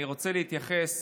אני רוצה להתייחס